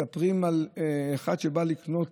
מספרים על אחד שבא לקנות